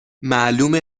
معلومه